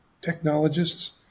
technologists